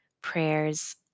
prayers